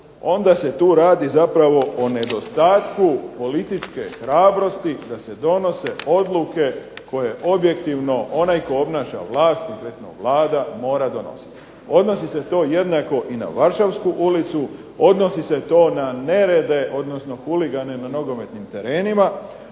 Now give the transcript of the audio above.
onda se tu radi o nedostatku političke hrabrosti da donosi odluke onaj koji objektivno obnaša vlast odnosno Vlada mora donositi. Odnosi se to jednako i na Varšavsku ulicu, odnosi se to jednako na nerede, odnosno na huligane na nogometnim terenima,